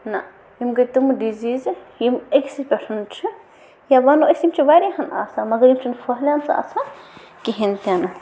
نَہ یِم گٔے تِم ڈٕزیٖزٕ یِم أکسی پٮ۪ٹھ چھِ یا وَنو أسۍ یِم چھِ واریاہَن آسان مگر یِم چھِنہٕ پھہلان سہل سہل کِہیٖنۍ تہِ نہٕ